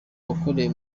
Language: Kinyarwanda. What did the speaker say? wakorewe